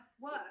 work